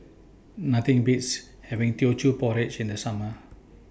Nothing Beats having Teochew Porridge in The Summer